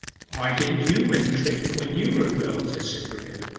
why didn't you win the trick when you were a girl said cytherea.